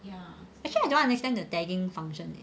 ya actually I don't understand the tagging function leh